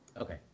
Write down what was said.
Okay